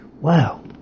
Wow